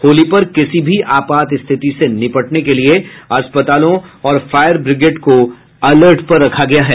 होली पर किसी भी आपात स्थिति ने निबटने के लिए अस्पतालों और फायर ब्रिगेड को अलर्ट पर रखा गया है